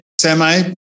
semi